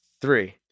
three